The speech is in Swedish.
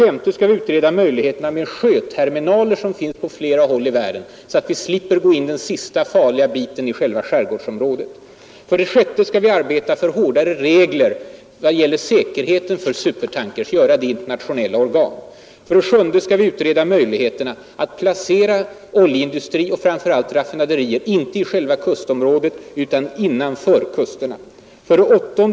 Vi skall utreda möjligheterna med sjöterminaler som finns på flera håll i världen, så att vi slipper gå in den sista farliga biten i själva skärgårdsområdet. 6. Vi skall i internationella organ arbeta för hårdare regler när det gäller säkerheten för supertankers. 7. Vi skall utreda möjligheterna att placera oljeindustri, och framför allt raffinaderierna, inte i själva kustområdet utan innanför kusterna. 8.